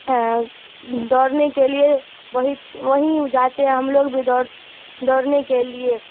دوڑنے کے لیے وہیں وہیں جاتے ہیں ہم لوگ بھی دوڑ دوڑنے کے لیے